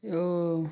इहो